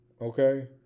Okay